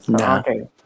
Okay